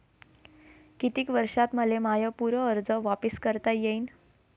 कितीक वर्षात मले माय पूर कर्ज वापिस करता येईन?